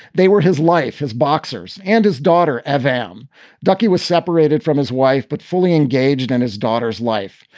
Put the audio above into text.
they were his life. his boxers and his daughter. avam ducky was separated from his wife. but fully engaged in his daughter's life.